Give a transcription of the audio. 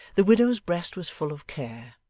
the widow's breast was full of care,